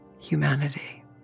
humanity